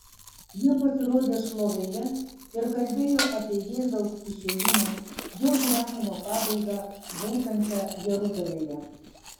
jie pasirodė šlovėje ir kalbėjo apie jėzaus išėjimą jo gyvenimo pabaigą būsiančią jeruzalėje